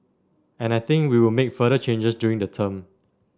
and I think we will make further changes during the term